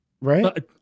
right